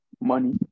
Money